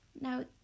now